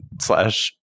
slash